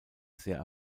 sehr